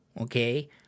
Okay